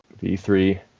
V3